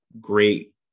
great